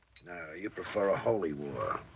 no, you prefer a holy war.